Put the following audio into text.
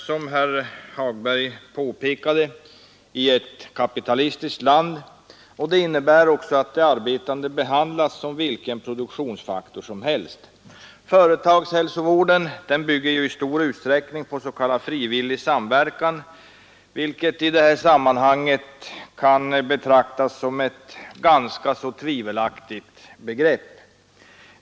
Som herr Hagberg i Borlänge påpekade lever vi i ett kapitalistiskt land, och det innebär att de arbetande behandlas som vilken produktionsfaktor som helst. Företagshälsovården bygger i stor utsträckning på s.k. frivillig samverkan, vilket i detta sammanhang kan betraktas som ett ganska tvivelaktigt begrepp.